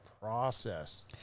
process